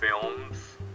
films